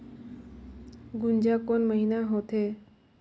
गुनजा कोन महीना होथे?